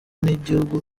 n’igihugu